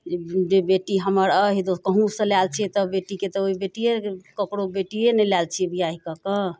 जे बे बेटी हमर अइ तऽ कहुँसँ लाएल अछि तऽ बेटी कऽ तऽ ओहि बेटिए ककरो बेटिए ने लाएल छिए बिआहि कऽ कऽ